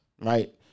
Right